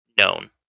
known